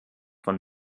von